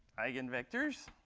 eigenvectors.